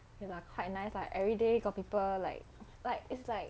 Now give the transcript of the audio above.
okay lah quite nice ah everyday got people like like is like